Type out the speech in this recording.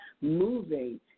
moving